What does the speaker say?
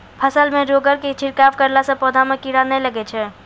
फसल मे रोगऽर के छिड़काव करला से पौधा मे कीड़ा नैय लागै छै?